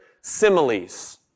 similes